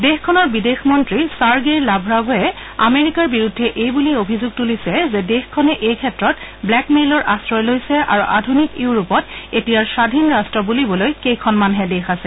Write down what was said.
দেশখনৰ বিদেশ মন্ত্ৰী চাগেই লালোভে আমেৰিকাৰ বিৰুদ্ধে এইবুলি অভিযোগ তুলিছে যে দেশখনে এই ক্ষেত্ৰত ৱেকমেইলৰ আশ্ৰয় লৈছে আৰু আধুনিক ইউৰোপত এতিয়াৰ স্বধীন ৰাট্ট বুলিবলৈ কেইখনমানহে দেশ আছে